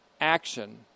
action